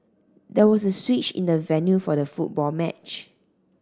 there was a switch in the venue for the football match